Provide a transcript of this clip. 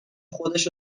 خودش